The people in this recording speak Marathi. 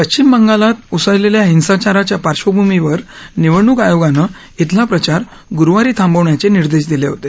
पश्विम बंगालात उसळलेल्या हिंसाचाराच्या पार्वभूमीवर निवडणूक आयोगानं बेला प्रचार गुरुवारी थांबवण्याचे निर्देश दिले होते